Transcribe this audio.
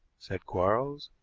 said quarles.